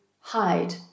hide